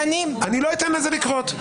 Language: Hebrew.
אני לא אתן לזה לקרות.